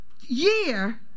year